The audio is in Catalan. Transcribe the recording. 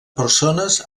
persones